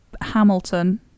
Hamilton